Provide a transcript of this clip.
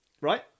right